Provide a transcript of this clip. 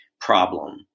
problem